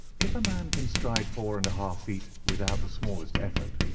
if a man can stride four and a-half feet without the smallest effort,